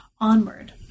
onward